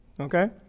Okay